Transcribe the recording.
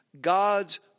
God's